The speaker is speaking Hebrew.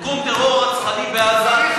ארגון טרור רצחני בעזה,